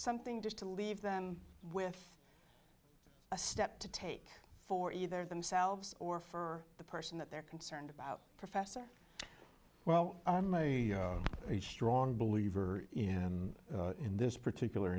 something just to leave them with a step to take for either themselves or for the person that they're concerned about professor well i'm a strong believer in and in this particular